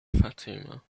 fatima